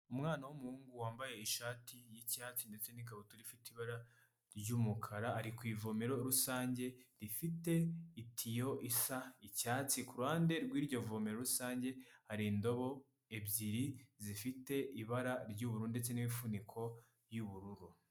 Umwana w'umuhungu wambaye ishati y'icyatsi ndetse n'ikabutura ifitei ibara ry'umukara ari ku ivomero rusange rifite itiyo isa icyatsi, ku ruhande rw'iryo vomero rusange hari indobo ebyiri zifite ibara ry'ubururu ndetse n'imifuniko y'ubururu.